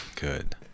Good